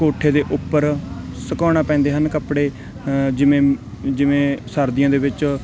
ਕੋਠੇ ਦੇ ਉੱਪਰ ਸੁਕਾਉਣਾ ਪੈਂਦੇ ਹਨ ਕੱਪੜੇ ਜਿਵੇਂ ਜਿਵੇਂ ਸਰਦੀਆਂ ਦੇ ਵਿੱਚ